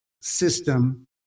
system